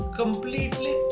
completely